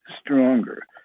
stronger